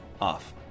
off